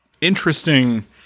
interesting